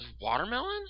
Watermelon